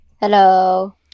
Hello